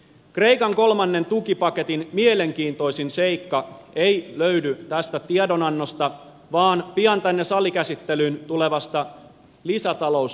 kreikan kolmannen tukipaketin mielenkiintoisin seikka ei löydy tästä tiedonannosta vaan pian tänne salikäsittelyyn tulevasta lisätalousarviosta